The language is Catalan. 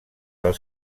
del